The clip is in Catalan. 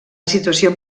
situació